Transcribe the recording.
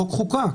החוק חוקק.